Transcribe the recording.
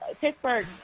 Pittsburgh